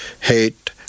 hate